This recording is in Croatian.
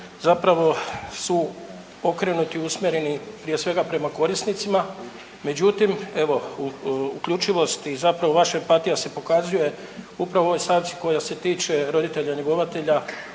zapravo su okrenuti i usmjereni prije svega prema korisnicima, međutim evo uključivost i zapravo vaša empatija se pokazuje upravo u ovoj stavci koja se tiče roditelja njegovatelja